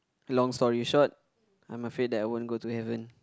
long story short I'm afraid that I won't go to heaven